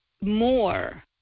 more